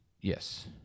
Yes